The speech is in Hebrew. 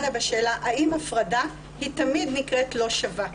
האם הפרדה היא תמיד נקרית לא שווה.